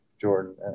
Jordan